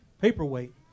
Paperweight